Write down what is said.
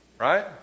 right